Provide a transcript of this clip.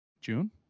June